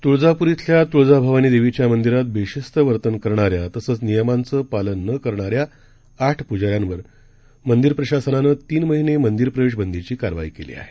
तुळजापूर धिल्या तुळजाभवानी देवीच्या मंदिरात बेशिस्त वर्तन करणाऱ्या तसंच नियमांचं पालन न करणाऱ्या आठ पुजाऱ्यांवर मंदिर प्रशासनानं तीन महिने मंदिर प्रवेश बंदीची कारवाई केली आहे